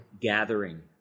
gathering